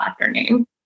afternoon